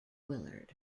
willard